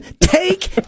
Take